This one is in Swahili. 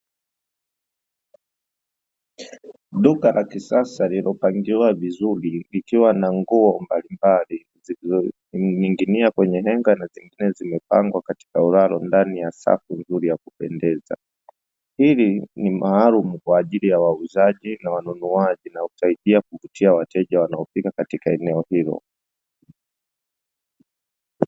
Duka la kisasa lililopangiliwa vizuri likiwa na nguo mbalimbali zilizo ning`inia kwenye henga na zingine zimepangwa katika uraro ndani ya safu nzuri ya kupendeza, ili ni maalumu kwa ajili ya wauzaji na wanunuaji na husaidia kuvutia wateja wanaopita katika eneo hilo.